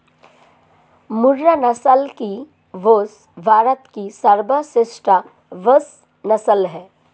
मुर्रा नस्ल की भैंस भारत की सर्वश्रेष्ठ भैंस नस्ल है